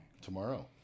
tomorrow